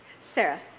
Sarah